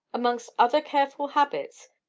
amongst other careful habits,